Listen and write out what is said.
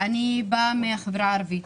אני באה מהחברה הערבית.